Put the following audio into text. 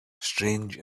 strange